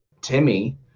timmy